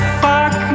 fuck